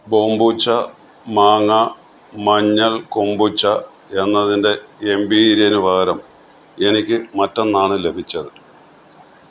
ബോംബൂച്ച മാങ്ങ മഞ്ഞൾ കൊമ്പുച്ച എന്നതിന്റെ എംപീരിയനു പകരം എനിക്ക് മറ്റൊന്നാണ് ലഭിച്ചത്